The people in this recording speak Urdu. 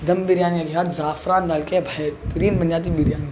دم بریانی کے بعد زعفران ڈال کے بہترین بن جاتی بریانی